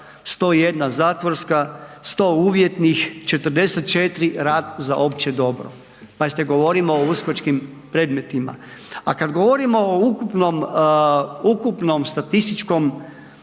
101 zatvorska, 100 uvjetnih, 44 rad za opće dobro, pazite govorimo o uskočkim predmetima. A kad govorimo o ukupnom, ukupnom statističkom